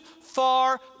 far